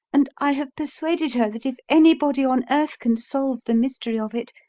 and i have persuaded her that if anybody on earth can solve the mystery of it,